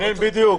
בדיוק.